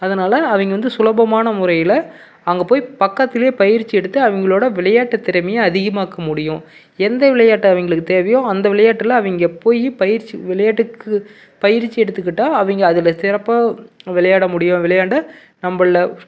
அதனால அவங்க வந்து சுலபமான முறையில் அங்கே போய் பக்கத்துலேயே பயிற்சி எடுத்து அவங்களோட விளையாட்டு திறமையை அதிகமாக்க முடியும் எந்த விளையாட்டு அவங்களுக்கு தேவையோ அந்த விளையாட்டில் அவங்க போயி பயிற்சி விளையாட்டுக்கு பயிற்சி எடுத்துக்கிட்டால் அவங்க அதில் சிறப்பாக விளையாட முடியும் விளையாண்டு நம்மள்ல